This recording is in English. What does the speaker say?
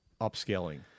upscaling